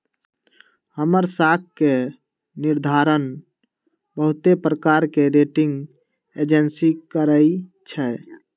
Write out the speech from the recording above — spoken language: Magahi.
हमर साख के निर्धारण बहुते प्रकार के रेटिंग एजेंसी करइ छै